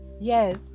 Yes